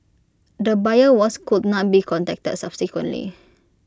the buyer was could not be contacted subsequently